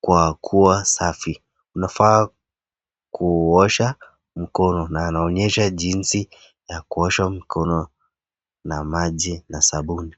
kwa kua safi. Tunafaa kuosha mkono na anaonyesha jinsi ya kuosha mkono na maji na sabuni.